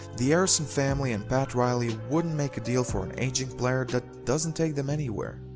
the arrison family and pat riley wouldn't make a deal for an aging player that doesn't take them anywhere.